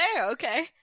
Okay